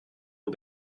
aux